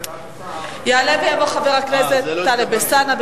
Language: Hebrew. יעלה ויבוא חבר הכנסת טלב אלסאנע.